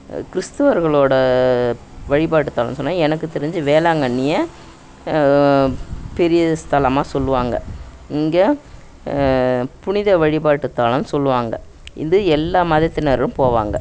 கிறிஸ்துவர்களோடய வழிபாட்டுத்தலன்னு சொன்னால் எனக்கு தெரிஞ்சு வேளாங்கண்ணியை பெரிய ஸ்தலமாக சொல்லுவாங்க இங்கே புனித வழிபாட்டுத்தலன்னு சொல்லுவாங்க இது எல்லா மதத்தினரும் போவாங்க